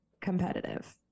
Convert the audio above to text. competitive